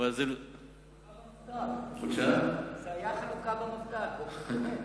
זאת היתה החלוקה במפד"ל, באמת,